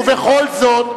ובכל זאת,